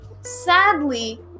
sadly